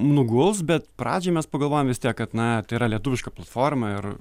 nuguls bet pradžioj mes pagalvojom vis tiek kad na tai yra lietuviška platforma ir